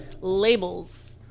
labels